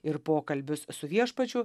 ir pokalbius su viešpačiu